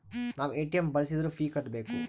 ನಾವ್ ಎ.ಟಿ.ಎಂ ಬಳ್ಸಿದ್ರು ಫೀ ಕಟ್ಬೇಕು